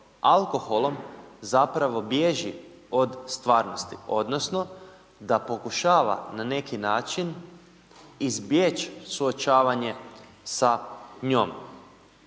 alkoholom zapravo bježi od stvarnosti, odnosno da pokušava na neki način izbjeći suočavanje sa njom.